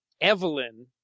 Evelyn